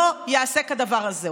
לא ייעשה כדבר הזה.